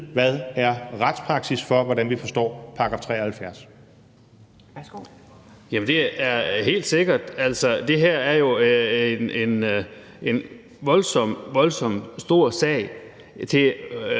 hvad retspraksis er for, hvordan vi forstår § 73.